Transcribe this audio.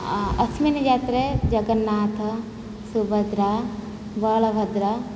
अ अस्मिन् यात्रे जगन्नाथः सुभद्रा बलभद्रः